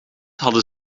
hadden